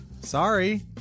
Sorry